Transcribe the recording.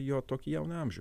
jo tokį jauną amžių